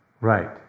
Right